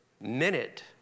minute